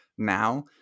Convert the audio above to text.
now